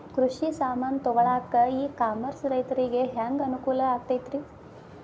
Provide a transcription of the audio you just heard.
ಕೃಷಿ ಸಾಮಾನ್ ತಗೊಳಕ್ಕ ಇ ಕಾಮರ್ಸ್ ರೈತರಿಗೆ ಹ್ಯಾಂಗ್ ಅನುಕೂಲ ಆಕ್ಕೈತ್ರಿ?